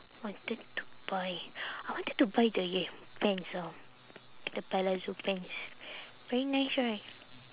wanted to buy I wanted to buy the pants ah the palazzo pants very nice right